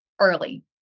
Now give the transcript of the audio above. early